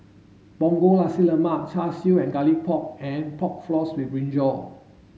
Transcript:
Punggol Nasi Lemak Char Siu and garlic pork and pork floss with brinjal